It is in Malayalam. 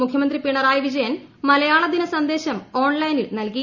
മുഖ്യമന്ത്രി പിണറായി വിജയൻ മലയാളദിന സന്ദേശം ഓൺലൈനിൽ നൽകി